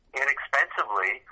inexpensively